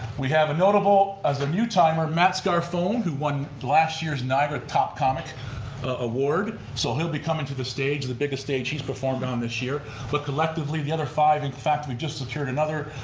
we have a notable, as a new timer, matt scarfone who won last year's niagara top comic award so he'll be coming to the stage, the biggest stage he's performed on this year but collectively the other five, in fact we've just secured another,